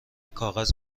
کاغذ